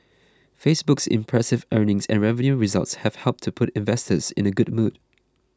Facebook's impressive earnings and revenue results have helped to put investors in a good mood